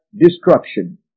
Destruction